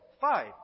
Five